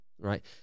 right